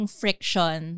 friction